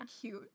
cute